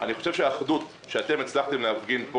שאני חושב שהאחדות שאתם הצלחתם להפגין פה